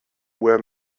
were